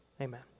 Amen